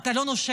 אתה לא נושם.